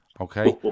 Okay